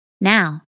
Now